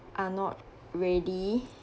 are not ready